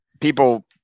people